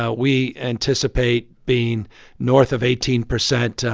ah we anticipate being north of eighteen percent.